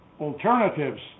alternatives